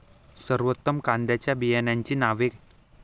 सर्वोत्तम कांद्यांच्या बियाण्यांची नावे?